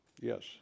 Yes